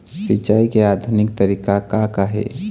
सिचाई के आधुनिक तरीका का का हे?